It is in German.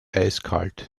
eiskalt